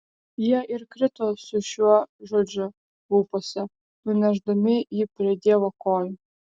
jie ir krito su šiuo žodžiu lūpose nunešdami jį prie dievo kojų